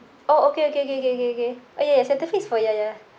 oh okay okay okay okay okay okay oh ya ya cetaphil is for ya ya